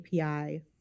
API